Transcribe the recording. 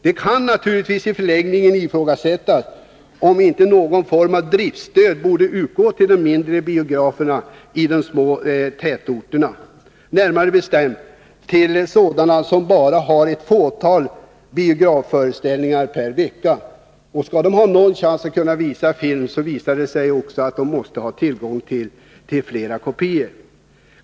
Det kan naturligtvis i förlängningen ifrågasättas om inte någon form av driftstöd borde utgå till mindre biografer i små tätorter, närmare bestämt till sådana som bara har ett fåtal biografföreställningar per vecka. Skall de ha någon chans att visa film måste de också ha tillgång till fler kopior.